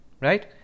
right